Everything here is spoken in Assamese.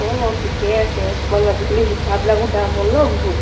অ' ঠিকেই আছে অকণমান আজিকালি সূতাবিলাকো দাম হ'ল ন বহুত